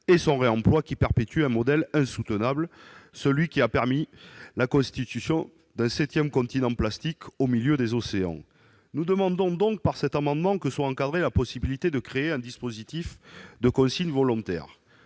et à son réemploi, lesquels perpétuent un modèle insoutenable, celui qui a permis la constitution d'un septième continent plastique au milieu des océans. Nous demandons donc, par cet amendement, que soit encadrée la possibilité de créer un dispositif de consigne volontaire.